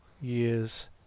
years